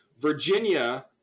Virginia